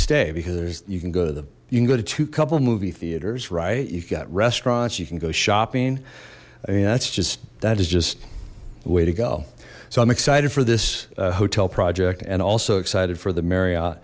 stay because you can go to them you can go to two couple movie theaters right you've got restaurants you can go shopping i mean that's just that is just a way to go so i'm excited for this hotel project and also excited for the